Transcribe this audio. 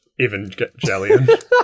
Evangelion